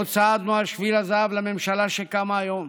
לא צעדנו על שביל הזהב אל הממשלה שקמה היום.